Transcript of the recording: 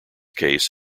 case